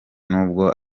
nubwo